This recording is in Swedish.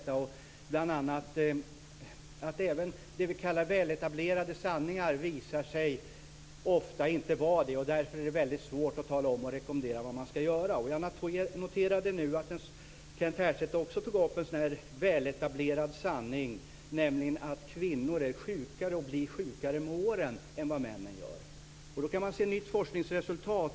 Jag sade bl.a. att även det vi kallar väletablerade sanningar ofta visar sig inte vara det och att det därför är väldigt svårt att tala om och rekommendera vad man ska göra. Jag noterade nu att Kent Härstedt också tog upp en sådan här väletablerad sanning, nämligen att kvinnor är sjukare och blir sjukare med åren än männen. Då kan man se på nya forskningsresultat.